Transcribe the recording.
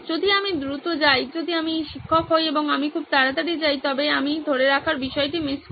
যদি আমি দ্রুত যাই যদি আমি শিক্ষক হই এবং আমি খুব তাড়াতাড়ি যাই তবে আমি ধরে রাখার বিষয়টি মিস করি